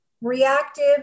reactive